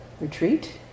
retreat